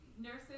nurses